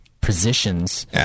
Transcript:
positions